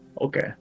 Okay